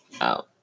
out